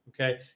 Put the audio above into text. Okay